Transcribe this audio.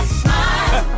smile